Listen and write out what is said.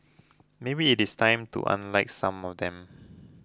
maybe it is time to unlike some of them